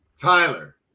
Tyler